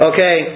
Okay